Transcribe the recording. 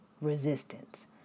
resistance